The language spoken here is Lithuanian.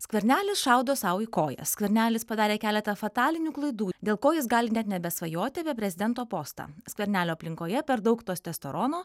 skvernelis šaudo sau į kojas skvernelis padarė keletą fatalinių klaidų dėl ko jis gali net nebesvajoti apie prezidento postą skvernelio aplinkoje per daug testosterono